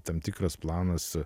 tam tikras planas